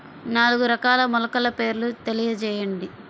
నాలుగు రకాల మొలకల పేర్లు తెలియజేయండి?